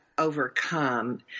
overcome